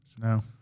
No